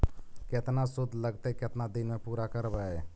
केतना शुद्ध लगतै केतना दिन में पुरा करबैय?